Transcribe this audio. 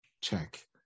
check